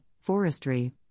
forestry